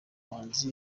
bahanzi